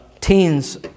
teens